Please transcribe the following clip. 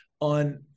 on